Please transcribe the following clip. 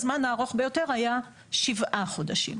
הזמן הארוך ביותר היה 7 חודשים.